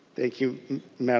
thank you mme.